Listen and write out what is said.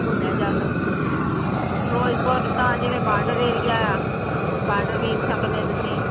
ਘੁੰਮਿਆ ਜਾ ਸਕ ਫਿਰੋਜ਼ਪੁਰ ਤਾਂ ਜਿਵੇਂ ਬਾਰਡਰ ਏਰੀਆ ਆ ਬਾਰਡਰ ਵੇਖ ਸਕਦੇ ਆ ਤੁਸੀਂ